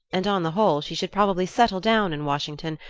and on the whole she should probably settle down in washington,